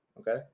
Okay